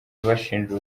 bashinja